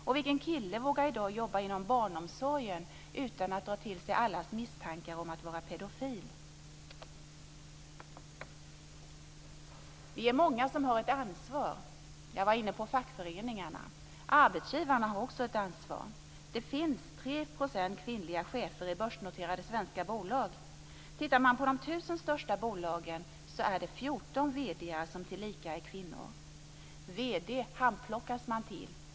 Och vilken kille vågar i dag jobba inom barnomsorgen utan att dra till sig allas misstankar om att vara pedofil? Vi är många som har ett ansvar. Jag var inne på fackföreningarna. Arbetsgivarna har också ett ansvar. Det finns 3 % kvinnliga chefer i börsnoterade svenska bolag. Tittar man på de 1 000 största bolagen är det 14 vd:ar som tillika är kvinnor. Vd handplockas man till.